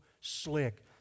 slick